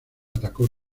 atacó